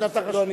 שתי דקות.